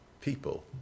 people